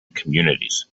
communities